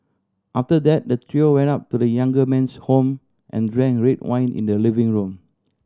after that the trio went up to the younger man's home and drank red wine in the living room